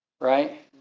Right